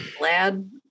Lad